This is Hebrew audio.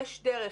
יש דרך.